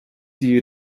die